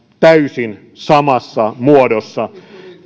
täysin samassa muodossa